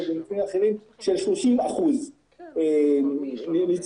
ובמקרים אחרים של 30%. אני,